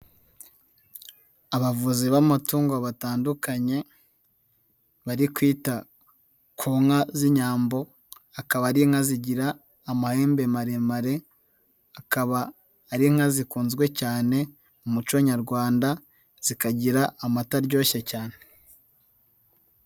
Abavuzi b'amatungo batandukanye bari kwita ku nka z'inyambo akaba ari inka zigira amahembe maremare, akaba ari inka zikunzwe cyane mu muco nyarwanda, zikagira amata aryoshye cyane.